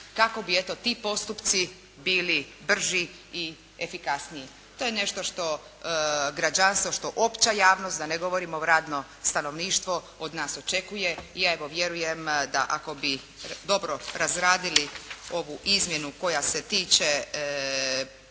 kako bi eto ti postupci bili brži i efikasniji. To je nešto što građanstvo, što opća javnost da ne govorimo radno stanovništvo od nas očekuje i ja evo vjerujem da ako bi dobro razradili ovu izmjenu koja se tiče